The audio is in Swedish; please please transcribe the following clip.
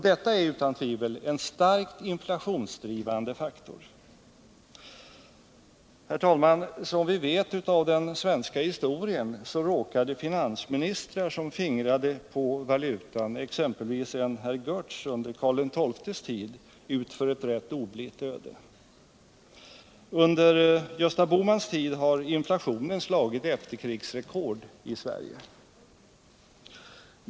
Detta är utan tvivelen starkt inflationsdrivande faktor. Herr talman! Som vi vet av den svenska historien råkade finansministrar som fingrade på valutan — exempelvis en herr Görtz under Karl XII:s tid — ut för ett rätt oblitt öde. Under Gösta Bohmans tid har inflationen slagit efterkrigsrekord i Sverige.